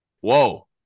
Whoa